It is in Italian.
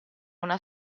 una